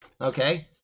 okay